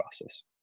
process